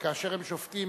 כאשר הם שובתים,